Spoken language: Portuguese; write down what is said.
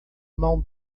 mão